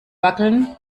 wackeln